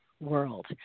world